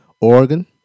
Oregon